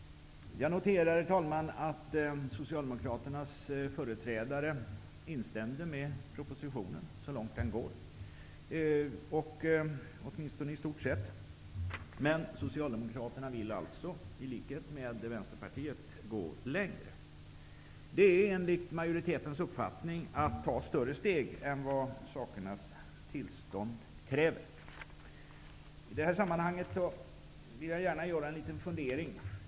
Jag noterade, herr talman, att Socialdemokraternas företrädare i stort sett instämde i propositionen så långt som den går, men att man vill gå längre, i likhet med Vänsterpartiet. Det är, enligt majoritetens uppfattning, att ta större steg än vad sakernas tillstånd kräver. I detta sammanhang vill jag gärna framföra en liten fundering.